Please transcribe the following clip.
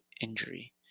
injury